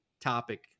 topic